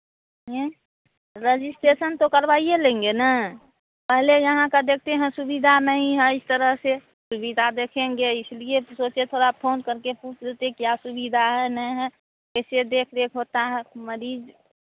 registration तो करवाइए लेंगे ना पहले यहाँ का देखते हैं सुविधा नहीं है इस तरह से सुविधा देखेंगे इसलिए तो सोचे थोड़ा फोन करके पूछ लेते क्या सुविधा है नहीं है कैसे देख रेख होता है मरीज़